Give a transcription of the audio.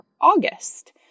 August